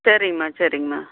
சரிங்கம்மா சரிங்கம்மா